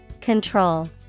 Control